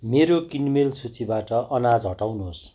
मेरो किनमेल सूचीबाट अनाज हटाउनुहोस्